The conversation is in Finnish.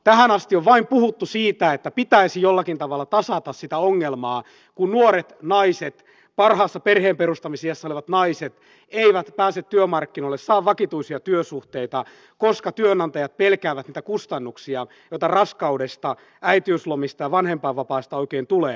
tähän asti on vain puhuttu siitä että pitäisi jollakin tavalla tasata sitä ongelmaa kun nuoret naiset parhaassa perheenperustamisiässä olevat naiset eivät pääse työmarkkinoille saa vakituisia työsuhteita koska työnantajat pelkäävät niitä kustannuksia joita raskaudesta äitiyslomista ja vanhempainvapaista oikein tulee